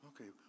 Okay